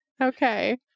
Okay